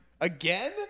again